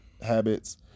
habits